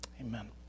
Amen